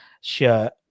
shirt